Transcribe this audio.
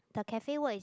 the cafe word is